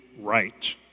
right